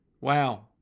Wow